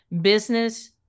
business